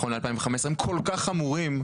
נכון ל- 2015 הם כל כך חמורים,